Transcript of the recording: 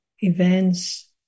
events